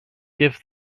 give